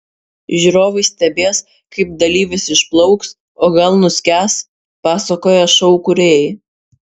žiūrovai stebės kaip dalyvis išplauks o gal nuskęs pasakoja šou kūrėjai